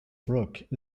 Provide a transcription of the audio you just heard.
brook